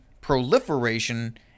proliferation